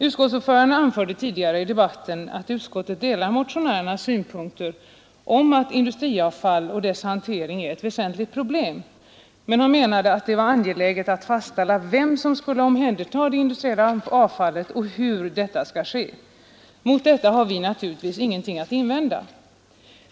Utskottsordföranden anförde tidigare i debatten att utskottet delar motionärernas synpunkter på att industriavfall och dess hantering är ett väsentligt problem men menade att det var angeläget att fastställa vem som skall omhänderta det industriella avfallet och hur detta skall ske. Mot detta har vi naturligtvis ingenting att invända.